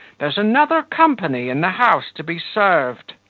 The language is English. there's another company in the house to be served.